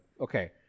okay